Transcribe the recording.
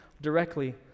directly